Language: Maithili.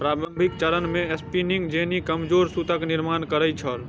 प्रारंभिक चरण मे स्पिनिंग जेनी कमजोर सूतक निर्माण करै छल